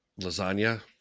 Lasagna